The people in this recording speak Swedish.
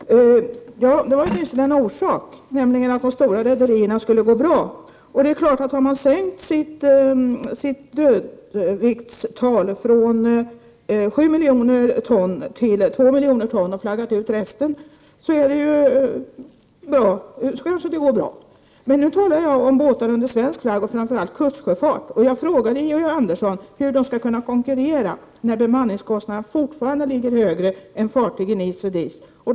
Herr talman! Det var åtminstone en orsak, att de stora rederierna skulle gå bra. Om man sänker sitt dödviktstal från 7 miljoner ton till 2 miljoner ton och flaggar ut resten, kan man naturligtvis säga att det går bra. Men nu talar jag om båtar under svensk flagg i framför allt kustsjöfart. Jag frågade Georg Andersson hur dessa skall kunna konkurrera när deras bemanningskostnader fortfarande ligger högre än DIS och NIS-fartygens.